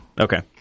Okay